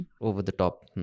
over-the-top